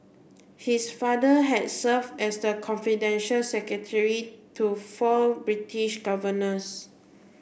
his father had serve as the confidential secretary to four British governors